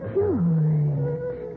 George